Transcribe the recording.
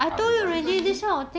differently